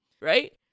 right